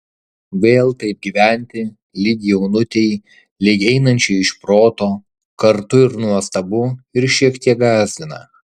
vėl taip gyventi lyg jaunutei lyg einančiai iš proto kartu ir nuostabu ir šiek tiek gąsdina